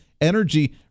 energy